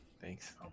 Thanks